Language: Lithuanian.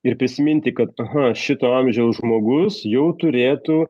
ir prisiminti kad aha šito amžiaus žmogus jau turėtų